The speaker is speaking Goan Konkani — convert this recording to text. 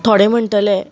थोडे म्हणटले